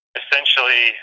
essentially